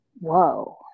Whoa